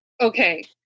Okay